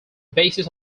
basis